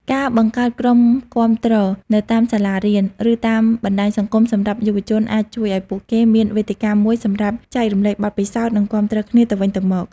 ការបង្កើតក្រុមគាំទ្រនៅតាមសាលារៀន ឬតាមបណ្ដាញសង្គមសម្រាប់យុវជនអាចជួយឱ្យពួកគេមានវេទិកាមួយសម្រាប់ចែករំលែកបទពិសោធន៍ និងគាំទ្រគ្នាទៅវិញទៅមក។